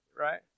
right